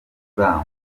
urangwa